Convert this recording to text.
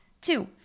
Two